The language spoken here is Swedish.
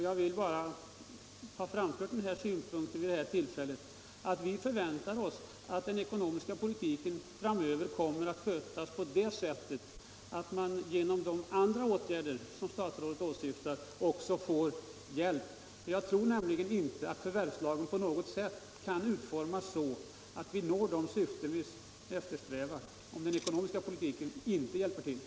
Jag vill vid detta tillfälle framföra den synpunkten, att vi förväntar oss att den ekonomiska politiken framöver skall skötas på ett sådant sätt att man får hjälp också genom de andra åtgärder som statsrådet berör. Jag tror nämligen inte att jordförvärvslagen kan utformas så att vi når de syften vi eftersträvar utan en medverkan av den ekonomiska politiken.